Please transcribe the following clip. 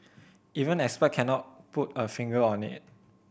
even expert cannot put a finger on it